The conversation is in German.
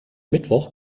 mittwoch